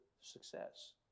success